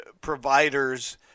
providers